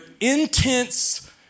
intense